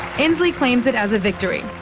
inslee claims it as a victory,